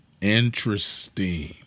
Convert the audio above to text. Interesting